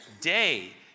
day